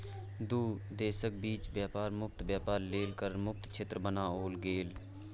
दू देशक बीच बेपार मुक्त बेपार लेल कर मुक्त क्षेत्र बनाओल गेल